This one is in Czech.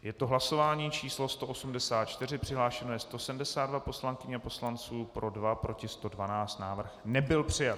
Je to hlasování číslo 184, přihlášeno je 172 poslankyň a poslanců, pro 2, proti 112, návrh nebyl přijat.